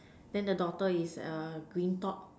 then the daughter is a green top